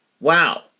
wow